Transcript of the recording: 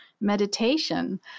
meditation